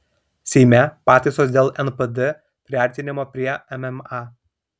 seime pataisos dėl npd priartinimo prie mma